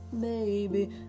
baby